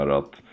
att